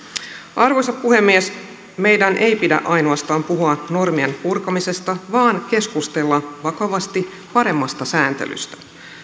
arvoisa puhemies meidän ei pidä puhua ainoastaan normien purkamisesta vaan keskustella vakavasti paremmasta sääntelystä